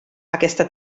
aquesta